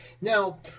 Now